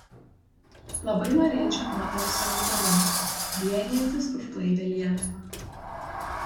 labai norėčiau moterų solidarumo vienijantis už blaivią lietuvą